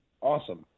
awesome